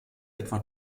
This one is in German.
etwa